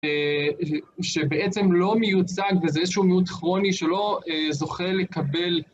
שבעצם לא מיוצג בזה איזשהו מיעוט כרוני שלא זוכה לקבל.